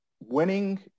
winning